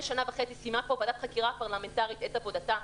שנה וחצי סיימה פה ועדת חקירה פרלמנטרית את עבודתה,